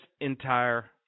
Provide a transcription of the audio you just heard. entire